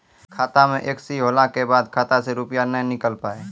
खाता मे एकशी होला के बाद खाता से रुपिया ने निकल पाए?